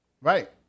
right